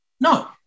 No